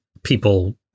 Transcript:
people